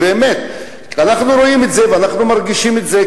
באמת אנחנו רואים את זה ואנחנו מרגישים את זה,